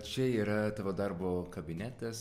čia yra tavo darbo kabinetas